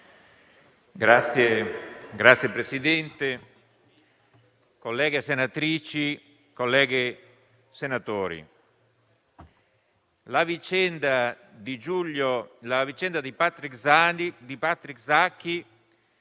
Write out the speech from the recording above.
Signor Presidente, colleghe senatrici e colleghi senatori, la vicenda di Patrick Zaki